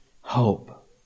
hope